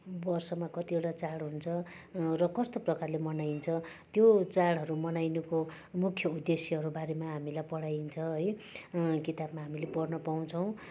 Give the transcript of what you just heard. वर्षमा कतिवटा चाड हुन्छ र कस्तो प्रकारले मनाइन्छ त्यो चाडहरू मनाइनुको मुख्य उदेश्यहरू बारेमा हामीलाई पढाइन्छ है किताबमा हामीले पढ्न पाउँछौँ